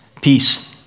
peace